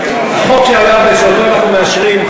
החוק שאנחנו מאשרים,